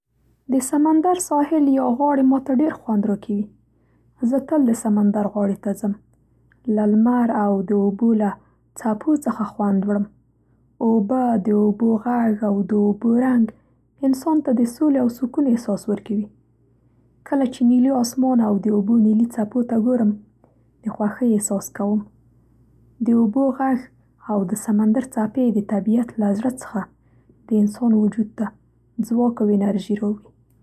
د سمندر ساحل یا غاړې ماته ډېر خوند را کوي. زه تل د سمندر غاړې ته ځم، له لمر او د اوبو له څپو څخه خوند وړم. اوبه، د اوبو غږ او د اوبو رنګ انسان ته د سولې او سکون احساس ورکوي. کله چې نیلي آسمان او د اوبو نیلي څپو ته ګورم د خوښۍ احساس کوم. د اوبو غږ او د سمندر څپې د طبیعت له زړه څخه د انسان وجود ته ځواک او انرژي را وړي.